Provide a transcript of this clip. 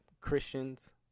Christians